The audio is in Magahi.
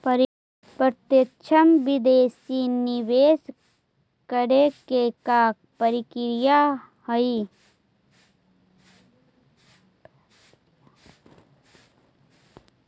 प्रत्यक्ष विदेशी निवेश करे के का प्रक्रिया हइ?